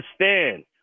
understand